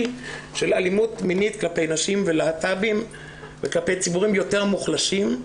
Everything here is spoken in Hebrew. של אלימות מינית כלפי נשים ולהט"בים וכלפי ציבורים יותר מוחלשים.